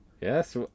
Yes